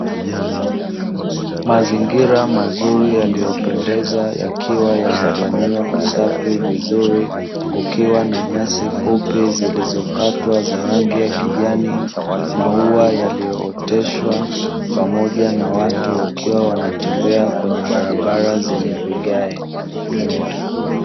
Mazingira mazuri yaliyopendeza yakiwa yamefanyiwa usafi vizuri, kukiwa na nyasi fupi zilizokatwa za rangi ya kijani, maua yaliyoteshwa pamoja na watu wakiwa wanatembea kwenye barabara zenye vigae.